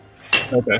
Okay